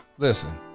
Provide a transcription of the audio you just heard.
listen